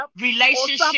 relationship